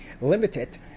limited